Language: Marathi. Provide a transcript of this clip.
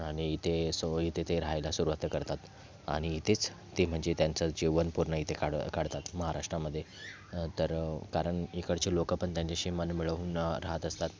आणि ते सोयी तिथे रहायला सुरवात करतात आणि तेच ते म्हणजे त्यांचं जीवन पूर्ण इथे काढ काढतात महाराष्ट्रामध्ये तर कारण इकडचे लोकं पण त्यांच्याशी मन मिळवून राहत असतात